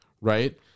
right